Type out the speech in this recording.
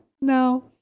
no